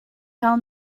tell